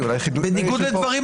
בכתב.